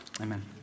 Amen